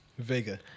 Vega